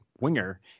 winger